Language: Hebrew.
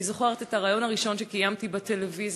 אני זוכרת את הריאיון הראשון שקיימתי בטלוויזיה,